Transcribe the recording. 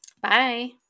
Bye